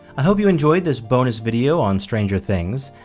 i hope you enjoyed this bonus video on stranger things.